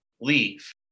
leave